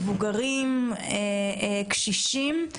מבוגרים וקשישים.